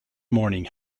morning